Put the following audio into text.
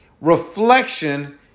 reflection